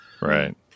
Right